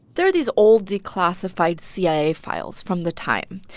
there are these old, declassified cia files from the time.